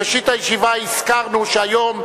בראשית הישיבה הזכרנו שהיום,